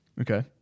Okay